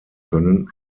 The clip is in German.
können